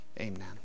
Amen